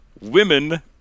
women